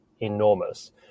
enormous